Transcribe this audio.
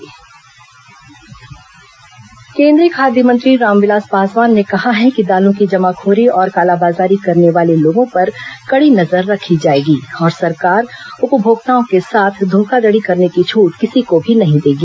पासवान दाल जमाखोरी केंद्रीय खाद्य मंत्री रामविलास पासवान ने कहा है कि दालों की जमाखोरी और कालाबाजारी करने वाले लोगों पर कड़ी नजर रखी जाएगी और सरकार उपभोक्ताओं के साथ धोखाधड़ी करने की छूट किसी को भी नहीं देगी